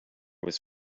was